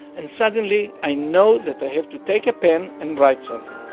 and suddenly i know that i have to take a pen, and write something